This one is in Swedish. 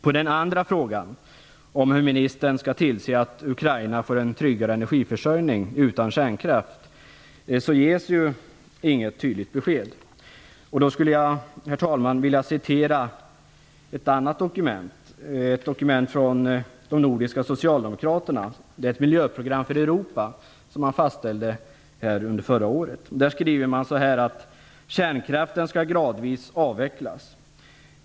På den andra frågan, om hur ministern skall tillse att Ukraina får en tryggare energiförsörjning utan kärnkraft, ges inget tydligt besked. Jag skulle, herr talman, vilja citera ett annat dokument, från de nordiska socialdemokraternas miljöprogram för Europa, som de fastställde förra året. Man skriver där: "Kärnkraften ska gradvis avvecklas.